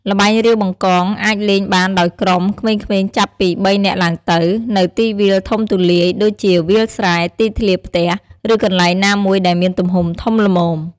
ល្បែងរាវបង្កង អាចលេងបានដោយក្រុម ក្មេងៗចាប់ពី ៣ នាក់ឡើងទៅ នៅទីវាលធំទូលាយ ដូចជាវាលស្រែ ទីធ្លាផ្ទះ ឬកន្លែងណាមួយដែលមានទំហំធំល្មម។